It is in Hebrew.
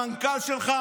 המנכ"ל שלך,